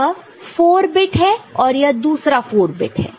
यह 4 बिट है और यह दूसरा 4 बिट है